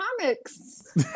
comics